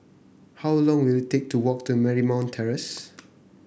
how long will it take to walk to Marymount Terrace